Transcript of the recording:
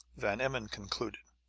van emmon concluded